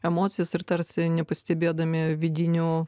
emocijas ir tarsi nepastebėdami vidinių